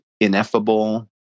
ineffable